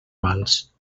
mals